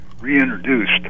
reintroduced